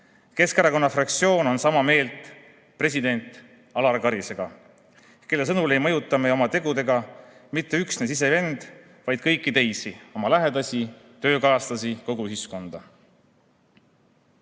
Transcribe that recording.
Keskerakonna fraktsioon on sama meelt president Alar Karisega, kelle sõnul ei mõjuta meie oma tegudega mitte üksnes iseend, vaid ka kõiki teisi – oma lähedasi, töökaaslasi, kogu